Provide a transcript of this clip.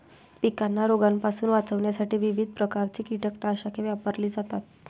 पिकांना रोगांपासून वाचवण्यासाठी विविध प्रकारची कीटकनाशके वापरली जातात